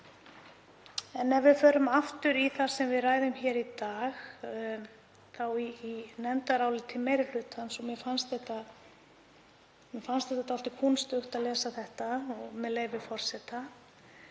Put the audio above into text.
Ef við förum aftur í það sem við ræðum hér í dag, þá í nefndarálit meiri hlutans, og mér fannst dálítið kúnstugt að lesa þetta, með leyfi forseta: